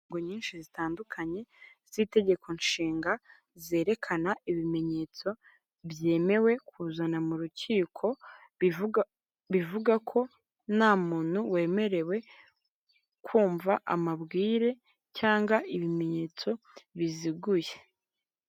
Ingingo nyinshi zitandukanye z'itegeko nshinga zerekana ibimenyetso byemewe kuzana mu rukiko, bivuga ko nta muntu wemerewe kumva amabwire cyangwa ibimenyetso biziguye.